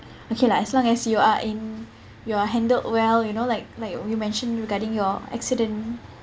okay lah as long as you are in you are handled well you know like like you mentioned regarding your accident